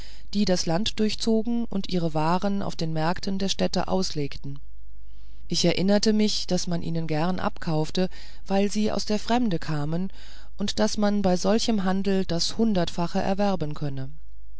die das land durchzogen und ihre waren auf den märkten der städte auslegten ich erinnerte mich daß man ihnen gerne abkaufte weil sie aus der fremde kamen und daß man bei solchem handel das hundertfache erwerben könne